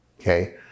okay